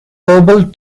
herbal